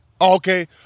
Okay